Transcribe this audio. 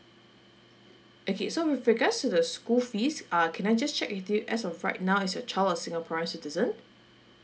okay so with regards to the school fees uh can I just check with you as of right now is your child a singaporean citizen